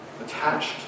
attached